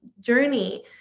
journey